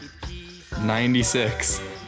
96